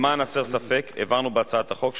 הם מנסים כולם להביא לידי הספק של ועדת החוקה,